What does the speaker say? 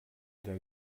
der